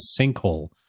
sinkhole